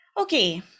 okay